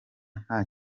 nta